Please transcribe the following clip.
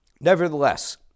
Nevertheless